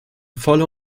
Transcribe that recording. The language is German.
volle